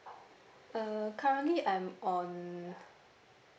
uh currently I'm on